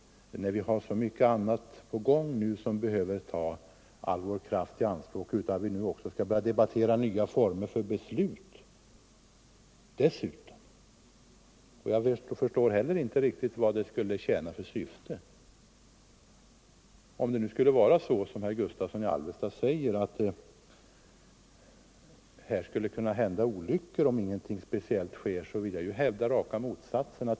Vi har så mycket på gång som vi behöver använda krafterna till utan att vi nu också skall börja debattera nya former för besluten. Jag förstår inte heller riktigt vad de skulle tjäna för syfte. Herr Gustavsson i Alvesta säger att det skulle kunna hända olyckor om ingenting speciellt sker. Jag vill hävda raka motsatsen.